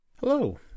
Hello